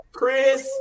Chris